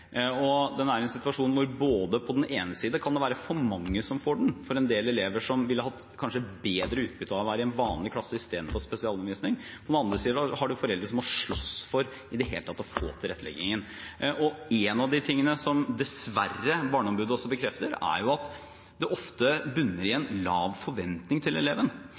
dårlig. Den er i en situasjon hvor det på den ene siden kan være for mange som får den, for en del elever ville kanskje hatt bedre utbytte av å være i en vanlig klasse istedenfor å få spesialundervisning. På den andre siden har man foreldre som må slåss for i det hele tatt å få tilretteleggingen. Én av de tingene som Barneombudet dessverre også bekrefter, er at det ofte bunner i en lav forventning til eleven.